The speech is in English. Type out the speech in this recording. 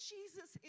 Jesus